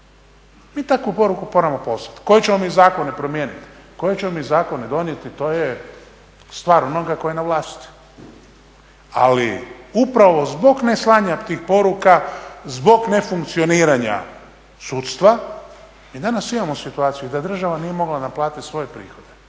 Mi takvu poruku moramo poslati, koje ćemo mi zakone promijeniti? Koje ćemo mi zakone donijeti, to je stvar onoga tko je na vlasti. Ali upravo zbog ne slanja tih poruka, zbog nefunkcioniranja sudstva mi danas imamo situaciju da država nije mogla naplatiti svoje prihode.